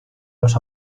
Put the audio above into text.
los